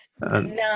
no